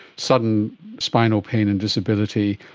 sudden spinal pain and disability,